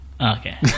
Okay